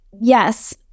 yes